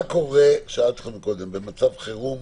מה קורה במצב החירום